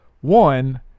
One